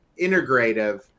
integrative